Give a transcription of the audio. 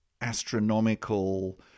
astronomical